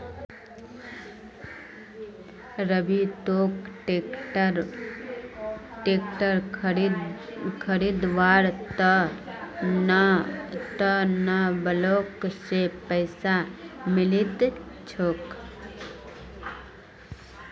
रवि तोक ट्रैक्टर खरीदवार त न ब्लॉक स पैसा मिलील छोक